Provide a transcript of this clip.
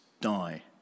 die